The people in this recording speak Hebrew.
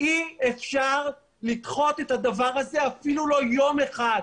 אי אפשר לדחות את הדבר הזה אפילו לא יום אחד,